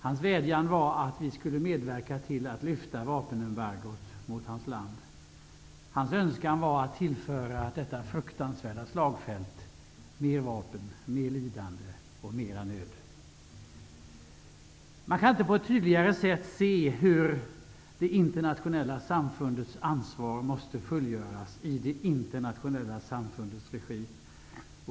Hans vädjan var att vi skulle medverka till att lyfta vapenembargot mot hans land. Hans önskan var att detta fruktansvärda slagfält skulle tillföras mer vapen, mer lidande och mera nöd. Man kan inte på ett tydligare sätt se hur det internationella samfundets ansvar måste fullgöras i det internationella samfundets regi.